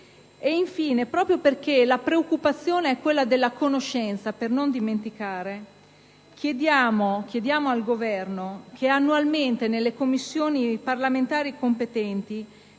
Infine, proprio perché la preoccupazione è quella della conoscenza per non dimenticare, chiediamo al Governo che nelle Commissioni parlamentari competenti